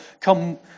come